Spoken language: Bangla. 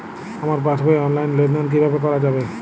আমার পাসবই র অনলাইন লেনদেন কিভাবে করা যাবে?